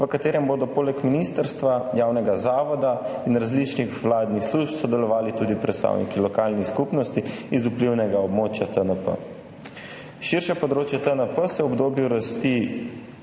v katerem bodo poleg ministrstva, javnega zavoda in različnih vladnih služb sodelovali tudi predstavniki lokalnih skupnosti z vplivnega območja TNP. Širše področje TNP se v obdobju rasti